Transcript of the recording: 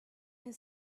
his